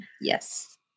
Yes